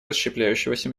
расщепляющегося